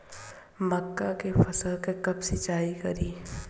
मका के फ़सल कब सिंचाई करी?